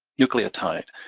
nucleotide.